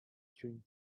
chewing